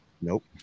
nope